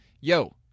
yo